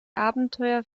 abenteuer